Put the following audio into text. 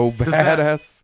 badass